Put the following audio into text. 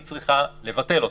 היא צריכה לבטל אותה.